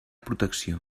protecció